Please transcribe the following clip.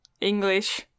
English